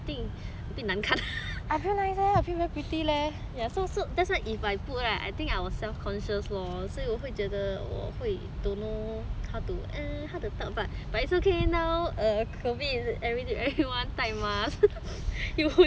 a bit a bit 难看 ya so so that's why if I put right I think I will self conscious lor 所以我会觉得我会 don't know how how to talk about but but it's okay now COVID everyone 戴 mask